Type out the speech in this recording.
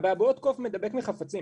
אבעבועות קוף מדבק מחפצים